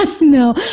No